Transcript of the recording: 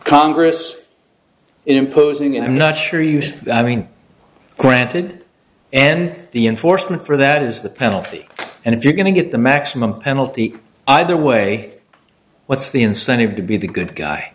congress imposing and i'm not sure i mean granted and the enforcement for that is the penalty and if you're going to get the maximum penalty either way what's the incentive to be the good guy